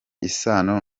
isano